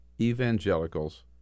evangelicals